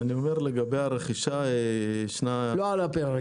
הרכישה לא עומדת על הפרק.